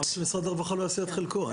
שמשרד הרווחה יעשה את חלקו.